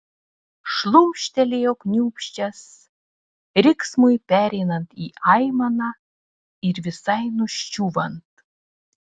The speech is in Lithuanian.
šlumštelėjo kniūbsčias riksmui pereinant į aimaną ir visai nuščiūvant